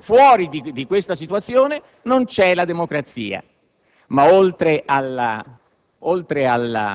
fuori di questa situazione non c'è democrazia.